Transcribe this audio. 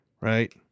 right